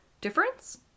difference